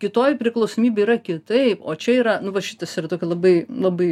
kitoj priklausomybėj yra kitaip o čia yra nu va šitas yra tokia labai labai